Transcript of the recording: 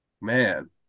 Man